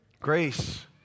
Grace